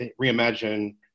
reimagine